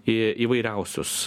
į įvairiausius